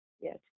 yes